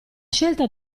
scelta